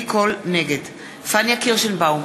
נגד פניה קירשנבאום,